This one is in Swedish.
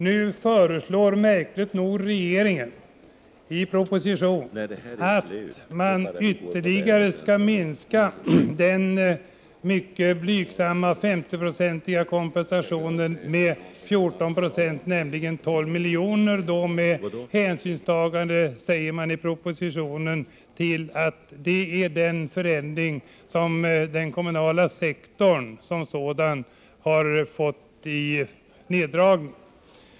Nu föreslår regeringen, märkligt nog, i propositionen i fråga en ytterligare minskning av den mycket blygsamma 50-procentiga kompensationen med 14 96, nämligen med 12 milj.kr. I propositionen säger man att det sker med hänsyn tagen till att det är den förändring som den kommunala sektorn som sådan har fått uppleva i form av neddragningen.